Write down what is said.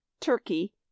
Turkey